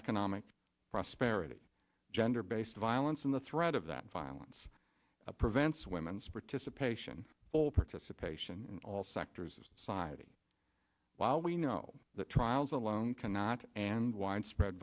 economic prosperity gender based violence and the threat of that violence prevents women's participation full participation in all sectors of society while we know that trials alone cannot and widespread